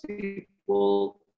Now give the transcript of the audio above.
people